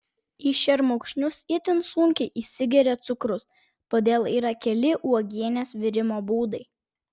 į šermukšnius itin sunkiai įsigeria cukrus todėl yra keli uogienės virimo būdai